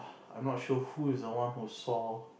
I'm not sure who was the one who saw